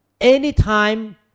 Anytime